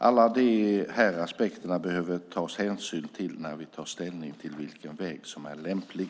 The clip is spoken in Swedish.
Alla de här aspekterna behöver tas hänsyn till när vi tar ställning till vilken väg som är lämplig.